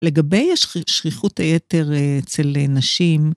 לגבי שכיחות היתר אצל נשים,